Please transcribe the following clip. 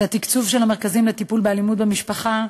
תקצוב המרכזים לטיפול באלימות במשפחה,